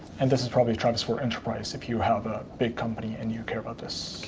and this is probably travis for enterprise, if you have a big company and you care about this.